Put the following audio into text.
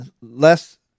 less